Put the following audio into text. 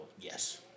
yes